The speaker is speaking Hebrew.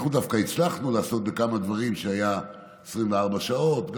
אנחנו דווקא הצלחנו לעשות בכמה דברים שהיו 24 שעות,